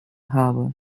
harbour